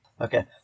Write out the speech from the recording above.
Okay